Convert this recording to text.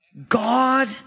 God